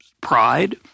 pride